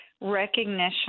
recognition